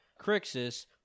Crixus